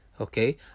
Okay